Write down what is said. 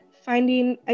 Finding